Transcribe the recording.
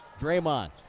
Draymond